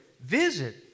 visit